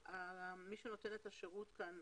מי שנותן את השירות כאן,